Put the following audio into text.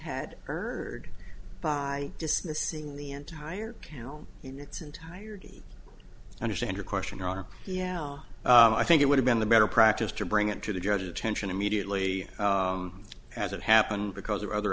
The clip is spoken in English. had heard by dismissing the entire town in its entirety i understand your question your honor yeah i think it would have been the better practice to bring it to the judge's attention immediately as it happened because there are other